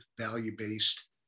value-based